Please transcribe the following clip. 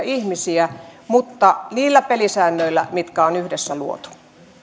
ihmisiä mutta niillä pelisäännöillä mitkä on yhdessä luotu